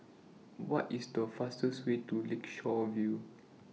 What IS The fastest Way to Lakeshore View